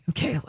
Okay